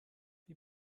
wir